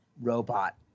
robot